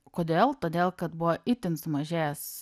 kodėl todėl kad buvo itin sumažėjęs